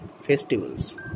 festivals